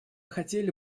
хотели